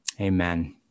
Amen